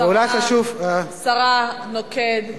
השרה נוקד,